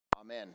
Amen